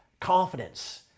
confidence